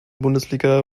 bundesliga